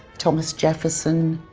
thomas jefferson,